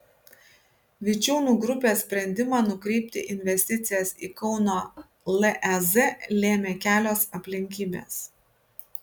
vičiūnų grupės sprendimą nukreipti investicijas į kauno lez lėmė kelios aplinkybės